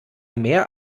mehr